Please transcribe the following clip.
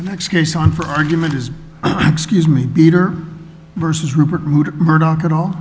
the next case on for argument is excuse me beater versus rupert murdoch at all